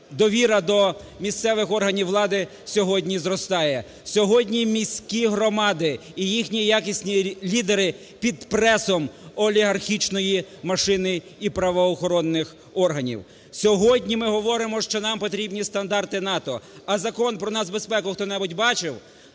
довіра до місцевих органів влади сьогодні зростає, сьогодні міські громади і їхні якісні лідери під пресом олігархічної машини і правоохоронних органів. Сьогодні ми говоримо, що нам потрібні стандарти НАТО. А Закон про нацбезпеку хто не будь бачив?